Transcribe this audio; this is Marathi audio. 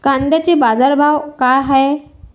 कांद्याचे बाजार भाव का हाये?